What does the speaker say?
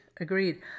Agreed